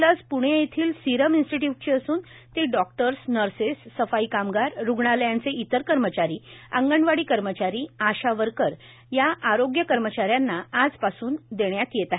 ही लस प्णे येथील सीरम इन्स्टिट्यूटची असून ती डॉक्टर नर्सेस सफाई कामगार रुग्णालयांचे इतर कर्मचारी अंगणवाडी कर्मचारी आशा वर्कर या आरोग्य कर्मचाऱ्यांना आज पासून लस देण्यात येत आहे